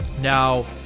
Now